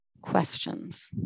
questions